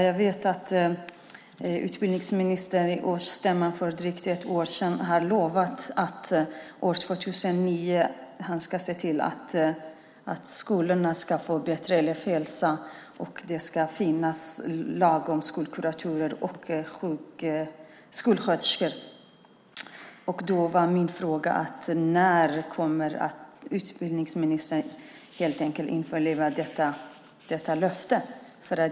Jag vet att utbildningsministern på årsstämman för drygt ett år sedan lovade att han år 2009 skulle se till att skolorna fick bättre elevhälsa och att det ska finnas en lag om skolkuratorer och skolsköterskor. Då är min fråga helt enkelt: När kommer utbildningsministern att infria detta löfte?